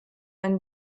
einen